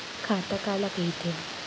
खाता काला कहिथे?